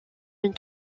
une